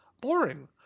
boring